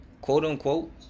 quote-unquote